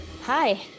Hi